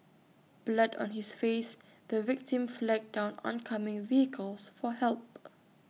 blood on his face the victim flagged down oncoming vehicles for help